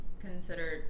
consider